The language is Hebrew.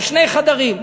של שני חדרים,